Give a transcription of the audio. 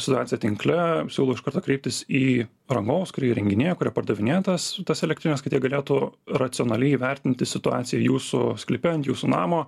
situacija tinkle siūlau iš karto kreiptis į rangovus kurie įrenginėja kurie pardavinėja tas tas elektrines kad jie galėtų racionaliai įvertinti situaciją jūsų sklype ant jūsų namo